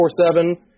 247